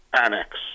Annex